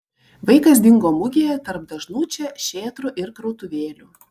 vaikas dingo mugėje tarp dažnų čia šėtrų ir krautuvėlių